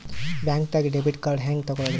ಬ್ಯಾಂಕ್ದಾಗ debit card ಹೆಂಗ್ ತಗೊಳದ್ರಿ?